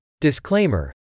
disclaimer